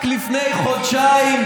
רק לפני חודשיים,